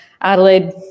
Adelaide